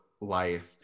life